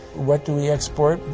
what do we export?